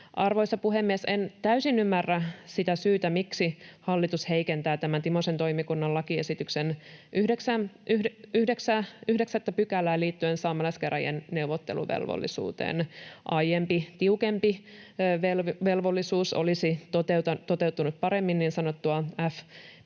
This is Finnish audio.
Arvoisa puhemies! En täysin ymmärrä sitä syytä, miksi hallitus heikentää tämän Timosen toimikunnan lakiesityksen 9 pykälää liittyen saamelaiskäräjien neuvotteluvelvollisuuteen. Aiempi tiukempi velvollisuus olisi toteuttanut paremmin niin sanottua FPIC-periaatetta,